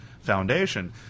foundation